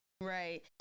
Right